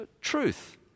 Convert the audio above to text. truth